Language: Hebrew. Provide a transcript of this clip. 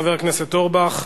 חבר הכנסת אורי אורבך,